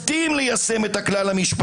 בכל כך הרבה נושאים,